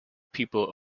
people